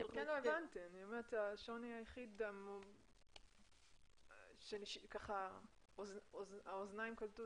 השוני היחיד שהאוזניים קלטו